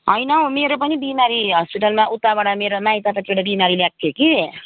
होइन हौ मेरो पनि बिमारी हस्पिटलमा उताबाट मेरो माइतपट्टिबाट बिमारी ल्याएको थियो कि